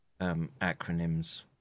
Acronyms